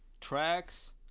tracks